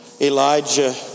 Elijah